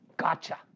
Gotcha